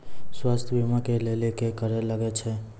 स्वास्थ्य बीमा के लेली की करे लागे छै?